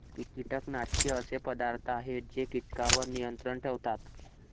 कीटकनाशके असे पदार्थ आहेत जे कीटकांवर नियंत्रण ठेवतात